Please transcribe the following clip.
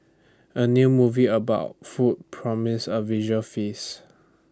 A new movie about food promises A visual feast